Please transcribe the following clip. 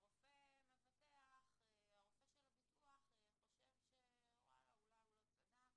והרופא של הביטוח חושב שאולי הוא לא צדק